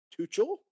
Tuchel